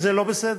וזה לא בסדר.